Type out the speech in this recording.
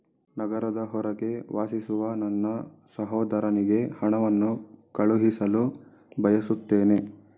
ನಗರದ ಹೊರಗೆ ವಾಸಿಸುವ ನನ್ನ ಸಹೋದರನಿಗೆ ಹಣವನ್ನು ಕಳುಹಿಸಲು ಬಯಸುತ್ತೇನೆ